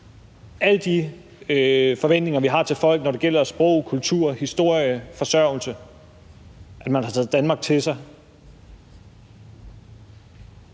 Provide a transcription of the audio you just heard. alle de forventninger, vi har til folk, når det gælder sprog, kultur, historie, forsørgelse, at man har taget Danmark til sig.